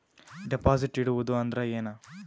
Deposit ಇಡುವುದು ಅಂದ್ರ ಏನ?